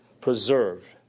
preserved